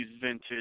vintage